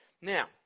Now